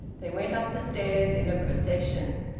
they went up the stairs in a procession.